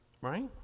Right